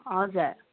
हजुर